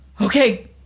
Okay